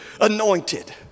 anointed